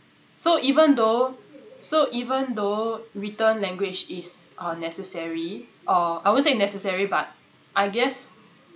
so even though so even though written language is uh necessary or I won't say necessary but I guess